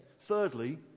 thirdly